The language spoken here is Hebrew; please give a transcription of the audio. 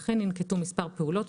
לכן ננקטו מספר פעולות.